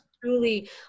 truly